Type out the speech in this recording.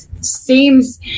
seems